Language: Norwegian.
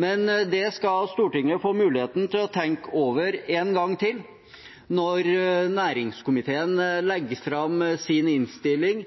men det skal Stortinget få muligheten til å tenke over én gang til når næringskomiteen legger fram sin innstilling